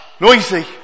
Noisy